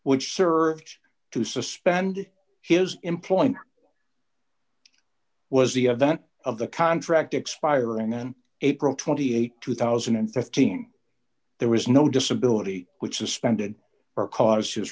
which served to suspend his employment was the event of the contract expiring in april th two thousand and fifteen there was no disability which suspended or caused his